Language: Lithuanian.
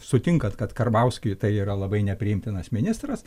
sutinkat kad karbauskiui tai yra labai nepriimtinas ministras